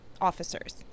officers